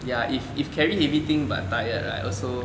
ya if if carry heavy thing but tired right also